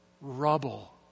rubble